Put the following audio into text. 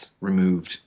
removed